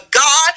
God